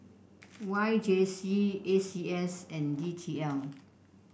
Y J C A C S and D T L